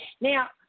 Now